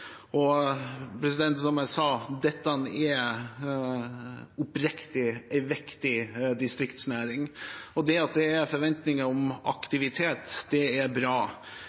Som jeg sa: Dette er oppriktig en viktig distriktsnæring. Det at det er forventninger om aktivitet, er bra,